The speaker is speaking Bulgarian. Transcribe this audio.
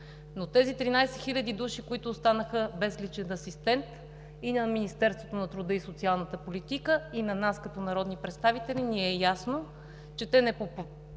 годината 13 хиляди души останаха без личен асистент. И на Министерството на труда и социалната политика, и на нас като народни представители ни е ясно, че тези 13